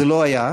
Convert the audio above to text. זה לא היה,